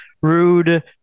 Rude